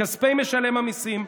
מכספי משלם המיסים,